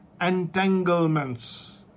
entanglements